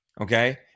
Okay